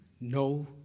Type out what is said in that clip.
no